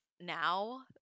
now